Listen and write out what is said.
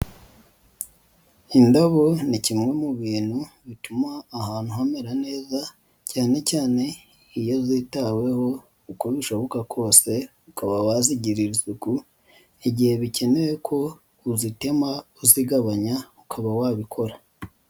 Indabo ni kimwe mu bintu bituma ahantu hamera neza cyane cyane iyo zitaweho uko bishoboka kose, ukaba wazigirira isuka igihe bikenewe ko uzitema uzigabanya ukaba wabikora.